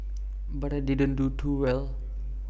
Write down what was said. but I didn't do too well